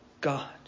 God